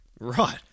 Right